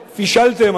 פישלתם,